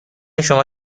شما